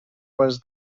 was